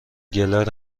گلر